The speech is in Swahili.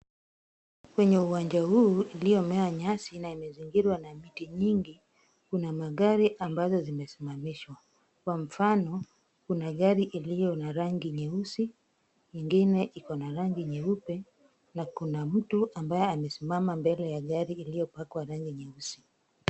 Kwenye uwanja huu uliomea nyasi na umezingirwa na miti mingi, kuna magari ambayo yamesimamishwa. Kwa mfano, kuna gari iliyo na rangi nyeusi nyingine iko na rangi nyeupe na kuna mtu ambaye amesimama mbele ya gari iliyopakwa rangi nyeusi.